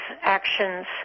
actions